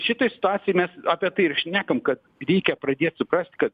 šitoj situacijoj mes apie tai ir šnekam kad reikia pradėt suprast kad